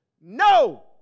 No